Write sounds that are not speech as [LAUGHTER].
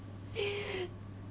[NOISE]